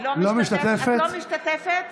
לא משתתפת.